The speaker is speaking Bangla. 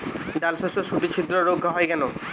ডালশস্যর শুটি ছিদ্র রোগ হয় কেন?